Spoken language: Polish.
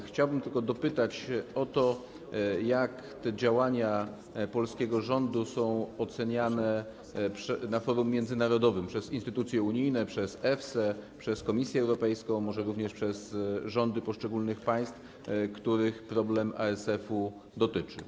Chciałbym tylko dopytać o to, jak te działania polskiego rządu są oceniane na forum międzynarodowym, przez instytucje unijne, przez EFSA, przez Komisję Europejską, może również przez rządy poszczególnych państw, których problem ASF-u dotyczy.